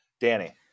Danny